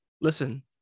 Listen